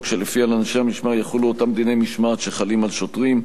שלפיה על אנשי המשמר יחולו אותם דיני משמעת שחלים על שוטרים.